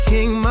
King